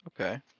Okay